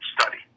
study